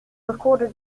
recorded